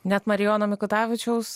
net marijono mikutavičiaus